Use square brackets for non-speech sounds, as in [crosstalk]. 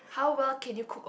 how well can you cook [noise]